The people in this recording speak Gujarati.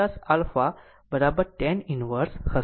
50 આલ્ફા tan inverse હશે